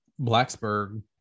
Blacksburg